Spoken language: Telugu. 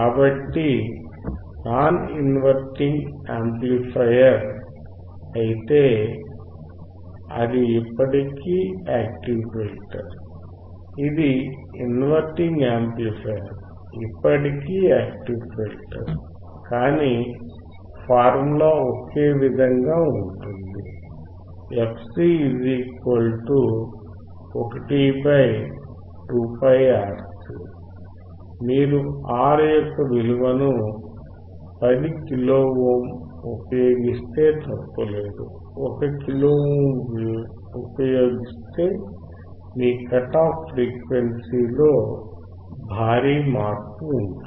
కాబట్టి నాన్ ఇంవర్టింగ్ యాంప్లిఫ యర్ అయితే అది ఇప్పటికీ యాక్టివ్ ఫిల్టర్ ఇది ఇంవర్టింగ్ యాంప్లిఫైయర్ ఇప్పటికీ యాక్టివ్ ఫిల్టర్ కానీ ఫార్ములా ఒకే విధంగా ఉంటుంది fc 1 2πRC మీరు R యొక్క విలువను 10 కిలో ఓమ్ ఉపయోగిస్తే తప్పు లేదు 1 కిలో ఓమ్ ఉపయోగిస్తే మీ కట్ ఆఫ్ ఫ్రీక్వెన్సీలో భారీ మార్పు ఉంటుంది